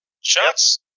Shots